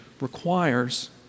requires